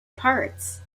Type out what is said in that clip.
parts